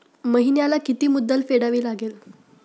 महिन्याला किती मुद्दल फेडावी लागेल?